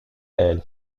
elle